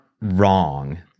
wrong